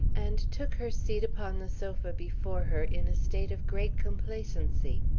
and took her seat upon the sofa before her in a state of great complacency.